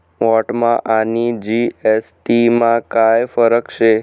व्हॅटमा आणि जी.एस.टी मा काय फरक शे?